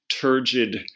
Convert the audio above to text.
turgid